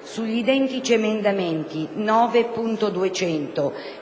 - sugli identici emendamenti 9.200